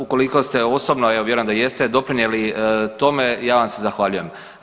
Ukoliko ste osobno, a ja vjerujem da jeste, doprinijeli tome, ja vam se zahvaljujem.